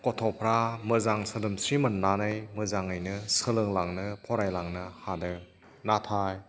गथ'फ्रा मोजां सोदोमस्रि मोननानै मोजाङैनो सोलोंलांनो फरायलांनो हादों नाथाय